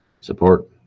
support